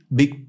big